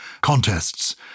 contests